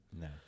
No